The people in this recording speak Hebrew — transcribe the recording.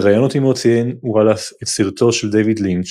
בראיונות עמו ציין וולאס את סרטו של דייוויד לינץ'